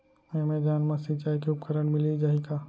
Amazon मा सिंचाई के उपकरण मिलिस जाही का?